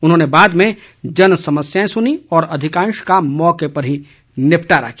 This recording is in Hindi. उन्होंने बाद में जन समस्याएं भी सुनी और अधिकांश का मौके पर ही निपटारा किया